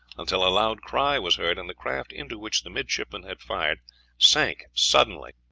until a loud cry was heard, and the craft into which the midshipmen had fired sank suddenly,